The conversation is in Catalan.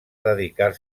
dedicar